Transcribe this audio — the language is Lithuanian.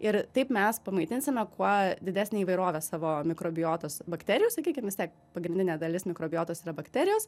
ir taip mes pamaitinsime kuo didesnę įvairovę savo mikrobiotos bakterijų sakykim vis tiek pagrindinė dalis mikrobiotos yra bakterijos